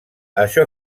això